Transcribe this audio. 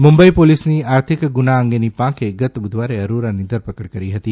મુંબઈ પોલીસની આર્થિક ગૂના અંગેની પાંખે ગત બુધવારે અરોરાની ધરપકડ કરી હતી